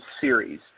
series